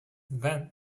then